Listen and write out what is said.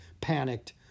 panicked